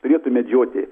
turėtų medžioti